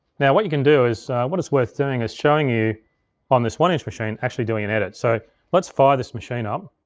now what you can do is, what it's worth doing is showing you on this one inch machine, actually doing an edit. so let's fire this machine up.